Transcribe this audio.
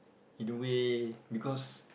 in a way because